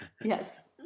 Yes